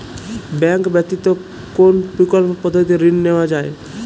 Bank ব্যতিত কোন বিকল্প পদ্ধতিতে ঋণ নেওয়া যায়?